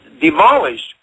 demolished